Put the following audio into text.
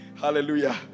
Hallelujah